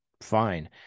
Fine